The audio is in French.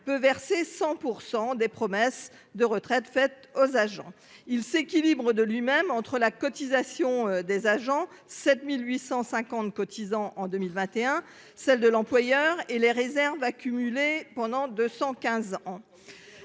peut verser 100 % des promesses de retraite faites aux agents. Ce régime s'équilibre de lui-même, entre les cotisations des agents- il comptait 7 850 cotisants en 2021 -, celles de l'employeur et les réserves accumulées pendant 215 ans.